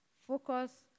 focus